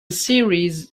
series